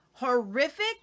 horrific